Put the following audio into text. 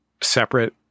separate